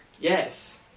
Yes